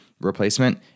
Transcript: replacement